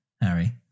Harry